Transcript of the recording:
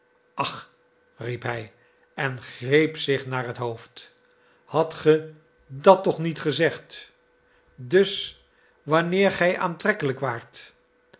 ach riep hij en greep zich naar het hoofd hadt ge dat toch niet gezegd dus wanneer gij aantrekkelijk waart